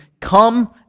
come